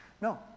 No